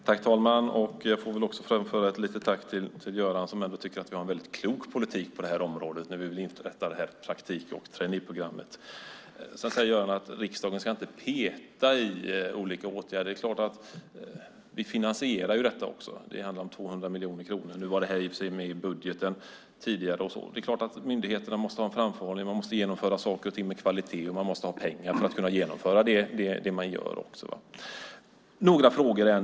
Herr talman! Jag vill framföra ett tack till Göran som tycker att vi för en klok politik på det här området när vi vill inrätta ett praktik och traineeprogram. Göran säger att riksdagen inte ska peta i olika åtgärder. Vi finansierar ju detta. Det handlar om 200 miljoner kronor. Det var i och för sig med i budgeten tidigare. Myndigheterna måste ju ha framförhållning. Man måste genomföra saker och ting med kvalitet, och man måste ha pengar för att kunna göra det. Jag har några frågor.